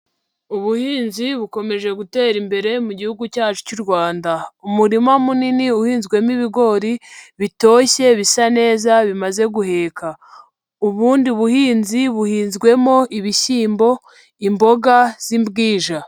Ubuhinzi bukomeje gutera imbere mu gihugu cyacu cy'u Rwanda, umurima munini uhinzwemo ibigori bitoshye bisa neza, bimaze guheka, ubundi buhinzi buhinzwemo ibishyimbo, imboga z'imbwija.